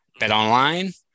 BetOnline